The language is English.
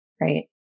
right